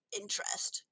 interest